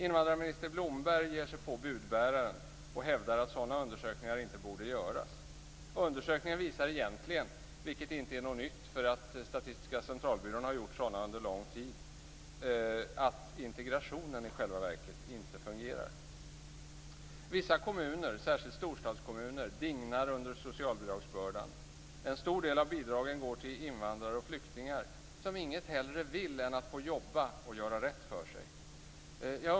Invandrarminister Blomberg ger sig på budbäraren och hävdar att sådana undersökningar inte borde göras. Undersökningen visar egentligen att integrationen i själva verket inte fungerar. Det är inte något nytt - Statistiska centralbyrån har gjort sådana undersökningar under lång tid. Vissa kommuner, särskilt storstadskommuner, dignar under socialbidragsbördan. En stor del av bidragen går till invandrare och flyktingar som inget hellre vill än att få jobba och göra rätt för sig.